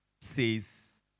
says